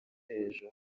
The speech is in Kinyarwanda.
hejuru